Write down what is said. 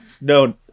No